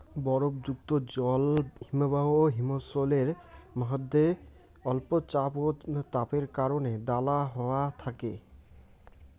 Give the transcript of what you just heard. বরফযুক্ত জল হিমবাহ বা হিমশৈলের মইধ্যে অল্প চাপ ও তাপের কারণে দালা হয়া থাকে